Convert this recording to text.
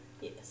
Yes